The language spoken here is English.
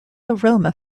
aroma